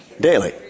Daily